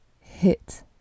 Hit